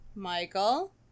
Michael